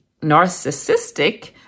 narcissistic